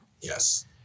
yes